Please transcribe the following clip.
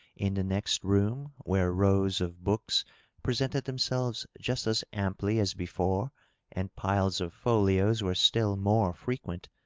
in the next room, where rows of books presented themselves just as amply as before and piles of folios were still more frequent,